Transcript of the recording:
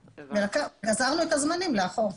גזרנו את הזמנים לאחור.